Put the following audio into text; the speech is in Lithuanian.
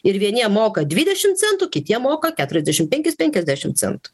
ir vieniem moka dvidešim centų kitiem moka keturiasdešim penkis penkiasdešim centų